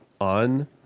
On